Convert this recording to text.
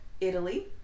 Italy